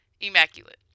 immaculate